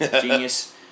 genius